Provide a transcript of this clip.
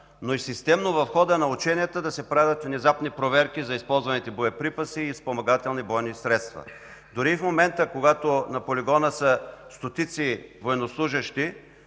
но и системно в хода на ученията да се правят внезапни проверки за използваните боеприпаси и спомагателни бойни средства. Дори и в момента, когато на полигона са стотици военнослужещи